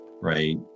right